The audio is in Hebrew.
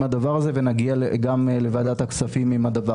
הדבר הזה ונגיע גם לוועדת הכספים עם הדבר הזה.